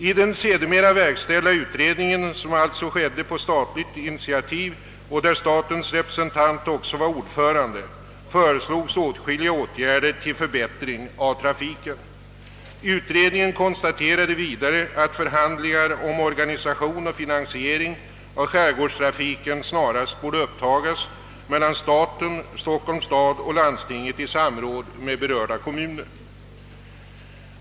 I den sedermera verkställda utredningen, som alltså skedde på statligt initiativ och i vilken statens representant också var ordförande, föreslogs åtskilliga åtgärder till förbättring av trafiken. Utredningen konstaterade vidare att förhandlingar om organisation och finansiering av skärgårdstrafiken snarast borde upptagas mellan staten, Stockholms stad och landstinget i samråd med berörda kommuner.